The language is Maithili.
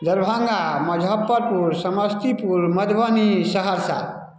दरभङ्गा मुजफ्फरपुर समस्तीपुर मधुबनी सहरसा